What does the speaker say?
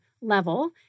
level